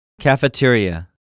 Cafeteria